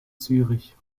zürich